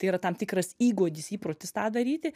tai yra tam tikras įgūdis įprotis tą daryti